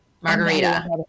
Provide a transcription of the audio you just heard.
Margarita